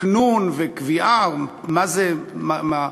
תִקנון וקביעה מה זה מעמד סביר לעובד,